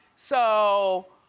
so